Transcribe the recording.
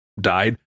Died